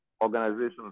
organizations